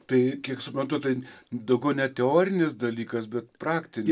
tai kiek suprantu tai daugiau ne teorinis dalykas bet praktinis